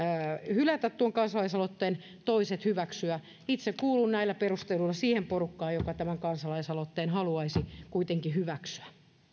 hylätä tuon kansalaisaloitteen toiset hyväksyä itse kuulun näillä perusteluilla siihen porukkaan joka tämän kansalaisaloitteen haluaisi kuitenkin hyväksyä